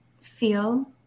feel